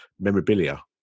memorabilia